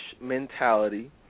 mentality